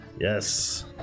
Yes